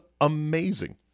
amazing